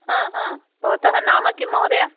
हा हा भवतः नाम किं महोदय